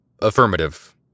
Affirmative